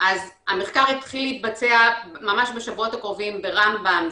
המחקר יתחיל להתבצע ממש בשבועות הקרובים ברמב"ם,